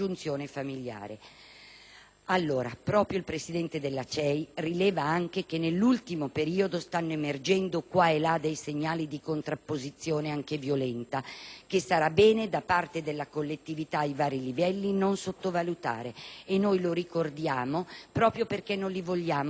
familiare. Proprio il presidente della CEI rileva anche che «nell'ultimo periodo stanno emergendo qua e là dei segnali di contrapposizione anche violenta, che sarà bene da parte della collettività ai vari livelli non sottovalutare». E noi li ricordiamo proprio perché non li vogliamo sottovalutare.